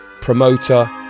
promoter